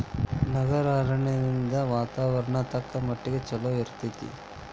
ನಗರ ಅರಣ್ಯದಿಂದ ವಾತಾವರಣ ತಕ್ಕಮಟ್ಟಿಗೆ ಚಲೋ ಇರ್ತೈತಿ